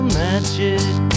magic